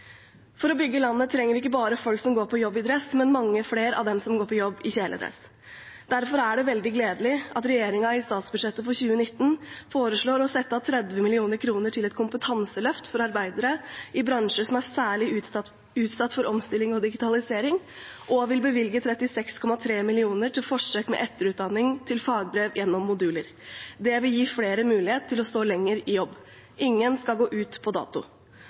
For å bygge landet trenger vi ikke bare folk som går på jobb i dress, men mange flere av dem som går på jobb i kjeledress. Derfor er det veldig gledelig at regjeringen i statsbudsjettet for 2019 foreslår å sette av 30 mill. kr til et kompetanseløft for arbeidere i bransjer som er særlig utsatt for omstilling og digitalisering, og vil bevilge 36,3 mill. kr til forsøk med etterutdanning til fagbrev gjennom moduler. Det vil gi flere mulighet til å stå lenger i jobb. Ingen skal gå ut på dato.